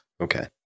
Okay